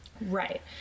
Right